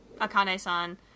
Akane-san